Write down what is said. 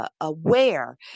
Aware